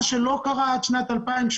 מה שלא קרה עד שנת 2018,